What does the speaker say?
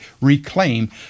reclaim